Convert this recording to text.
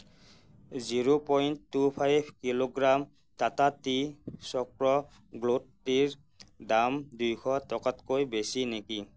zero paint two five kilogram Tata tea Chakra gold টিৰ দাম দুশ টকাতকৈ বেছি নেকি